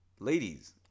Ladies